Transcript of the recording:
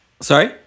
Sorry